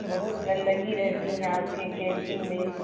بہت گندگی رہتی ہے آپ کے کینٹین میں